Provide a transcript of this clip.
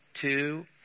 two